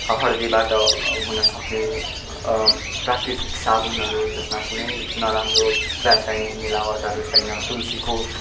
हर्दीबाट हुन सक्ने प्राकृतिक साबुनहरू जसमा कुनै नराम्रो रसायनिक मिलावटहरू छैन तुलसीको